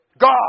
God